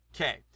Okay